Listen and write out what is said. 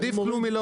עדיף מלא